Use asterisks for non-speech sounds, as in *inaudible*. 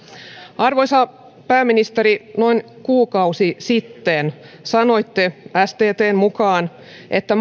arvoisa pääministeri noin kuukausi sitten sanoitte sttn mukaan että *unintelligible*